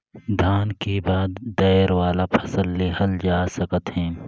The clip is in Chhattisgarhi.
धान के बाद में दायर वाला फसल लेहल जा सकत हे